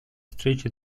встречи